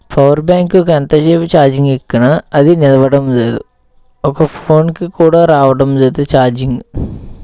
power బ్యాంక్కి ఎంత సేపు చార్జింగ్ ఎక్కిన అది నిలవడం లేదు ఒక ఫోన్కి కూడా రావడం లేదు చార్జింగ్